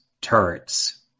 turrets